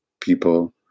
people